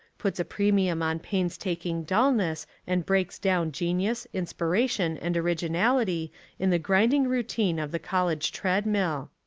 puts a premium on painstaking dulness and breaks down genius, inspiration, and originality in the grinding rou tine of the college tread-mill.